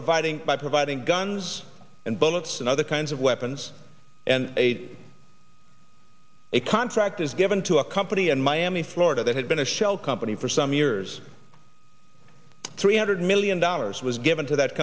providing by providing guns and bullets and other kinds of weapons and aid a contract is given to a company in miami florida that had been a shell company for some years three hundred million dollars was given to that